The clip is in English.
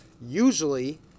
Usually